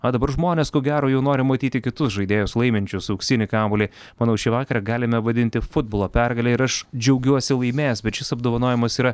o dabar žmonės ko gero jau nori matyti kitus žaidėjus laiminčius auksinį kamuolį manau šį vakarą galime vadinti futbolo pergale ir aš džiaugiuosi laimėjęs bet šis apdovanojimas yra